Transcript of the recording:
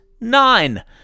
nine